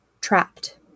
trapped